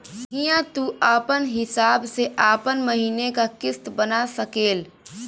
हिंया तू आपन हिसाब से आपन महीने का किस्त बना सकेल